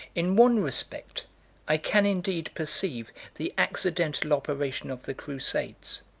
in one respect i can indeed perceive the accidental operation of the crusades,